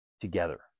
together